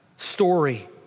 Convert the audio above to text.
story